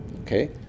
Okay